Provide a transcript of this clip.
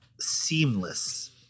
seamless